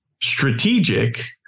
strategic